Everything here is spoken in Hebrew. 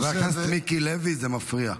חבר הכנסת מיקי לוי, זה מפריע.